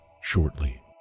shortly